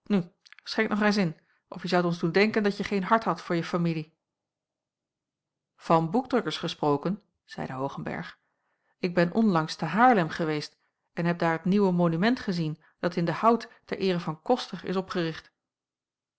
schenk nog reis in of je zoudt ons doen denken dat je geen hart hadt voor je familie van boekdrukkers gesproken zeide hoogenberg ik ben onlangs te haarlem geweest en heb daar t nieuwe monument gezien dat in den hout ter eere van coster is opgericht